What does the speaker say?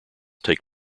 take